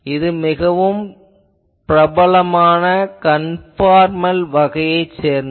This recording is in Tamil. இது மிகவும் பிரபலமான கன்பார்மல் வகையைச் சார்ந்தது